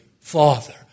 Father